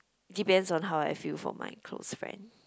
depends on how I feel for my close friend